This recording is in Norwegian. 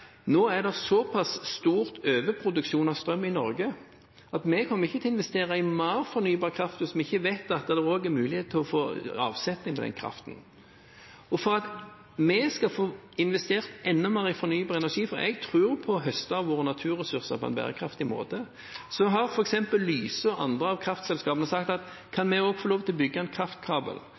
nå er så pass stor overproduksjon av strøm i Norge at de ikke kommer til å investere i mer fornybar kraft hvis de ikke vet at det er mulig å få avsetning på den kraften. For at de skal investere enda mer i fornybar industri – og jeg tror på å høste av våre naturressurser på en bærekraftig måte – har f.eks. Lyse og andre kraftselskap sagt at de må få lov til å legge en kraftkabel